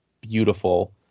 beautiful